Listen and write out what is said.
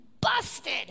busted